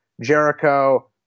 Jericho